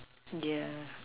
yeah